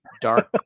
dark